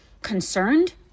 concerned